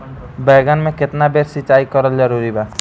बैगन में केतना बेर सिचाई करल जरूरी बा?